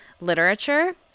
literature